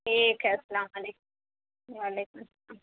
ٹھیک ہے السلام علیک و علیکم السلام